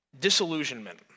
disillusionment